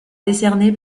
décerné